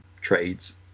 trades